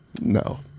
No